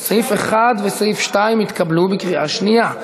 הרשימה המשותפת.